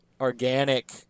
organic